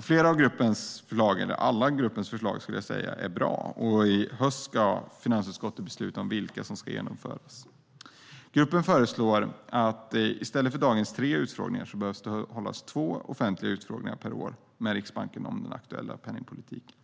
Flera av gruppens förslag, för att inte säga alla, är bra. I höst ska finansutskottet besluta om vilka som ska genomföras. Gruppen föreslår att man i stället för dagens tre utfrågningar håller två offentliga utfrågningar per år med Riksbanken om den aktuella penningpolitiken.